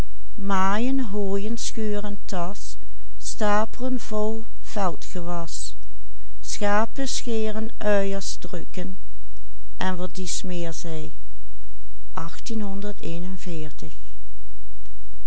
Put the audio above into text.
en wat dies meer zij